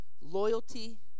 loyalty